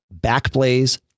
Backblaze